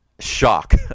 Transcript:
shock